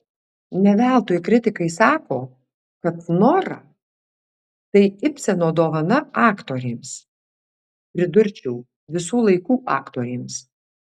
ne veltui kritikai sako kad nora tai ibseno dovana aktorėms pridurčiau visų laikų aktorėms